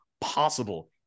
possible